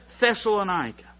Thessalonica